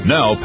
Now